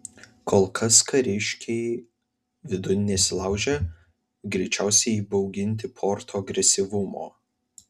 kol kas kariškiai vidun nesilaužė greičiausiai įbauginti porto agresyvumo